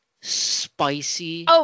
spicy